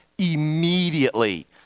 immediately